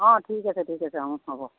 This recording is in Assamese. অঁ ঠিক আছে ঠিক আছে অঁ হ'ব